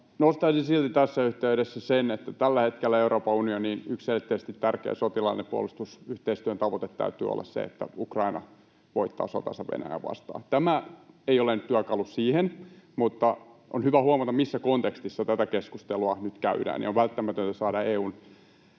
Nostaisin silti tässä yhteydessä sen, että tällä hetkellä Euroopan unionin yksiselitteisesti tärkeä sotilaallisen puolustusyhteistyön tavoite täytyy olla se, että Ukraina voittaa sodan Venäjää vastaan. Tämä ei ole nyt työkalu siihen, mutta on hyvä huomata, missä kontekstissa tätä keskustelua nyt käydään, ja on välttämätöntä saada EU:n